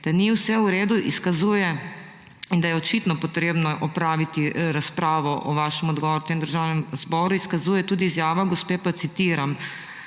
Da ni vse v redu in da je očitno treba opraviti razpravo o vašem odgovoru v tem državnem zboru, izkazuje tudi izjava gospe, citiram: